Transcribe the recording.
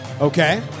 Okay